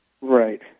Right